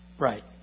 Right